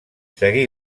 seguí